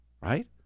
right